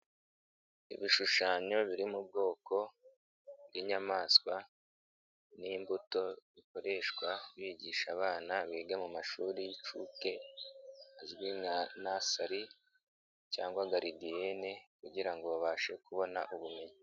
Ibishushanyo biri mu bwoko bw'inyamaswa n'imbuto bikoreshwa bigisha abana biga mu mashuri y'incuke azwi nka nasari cyangwa garidiyene kugirango babashe kubona ubumenyi.